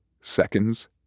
Seconds